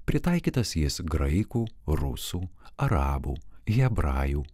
pritaikytas jis graikų rusų arabų hebrajų